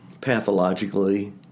pathologically